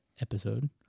episode